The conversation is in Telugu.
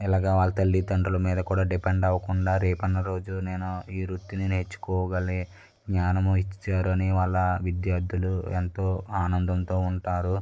ఎలాగా వాళ్ళ తల్లిదండ్రుల మీద కూడా డిపెండ్ అవ్వకుండా రేపు అన్న రోజు నేను ఈ వృత్తిని నేర్చుకోగలిగాను జ్ఞానము ఇచ్చారని వాళ్ళ విద్యార్థులు ఎంతో ఆనందంతో ఉంటారు